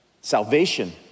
salvation